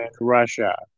Russia